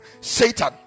Satan